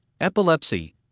epilepsy